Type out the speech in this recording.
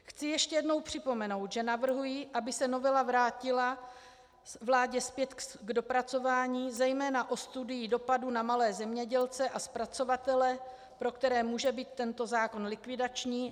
Chci ještě jednou připomenout, že navrhuji, aby se novela vrátila vládě zpět k dopracování, zejména o studii dopadu na malé zemědělce a zpracovatele, pro které může být tento zákon likvidační.